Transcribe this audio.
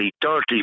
dirty